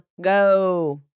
go